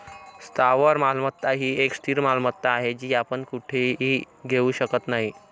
स्थावर मालमत्ता ही एक स्थिर मालमत्ता आहे, जी आपण कधीही कुठेही घेऊ शकत नाही